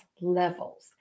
levels